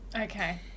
Okay